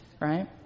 right